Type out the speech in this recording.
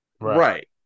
right